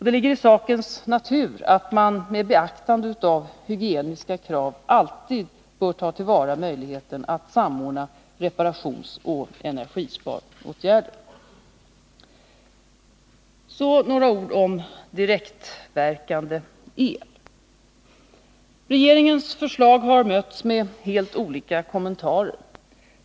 Det ligger i sakens natur att man, med beaktande av hygieniska krav, alltid bör ta till vara möjligheterna att samordna reparationsoch energisparåtgärder. Så några ord om direktverkande el. Regeringens förslag har mötts med helt olika kommentarer.